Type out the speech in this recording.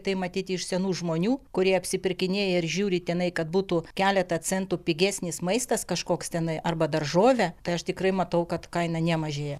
tai matyti iš senų žmonių kurie apsipirkinėja ir žiūri tenai kad būtų keletą centų pigesnis maistas kažkoks tenai arba daržovė tai aš tikrai matau kad kaina nemažėja